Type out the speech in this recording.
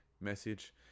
message